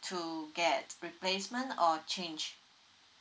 to get replacement or change